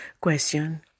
question